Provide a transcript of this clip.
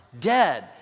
Dead